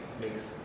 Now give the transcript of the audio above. makes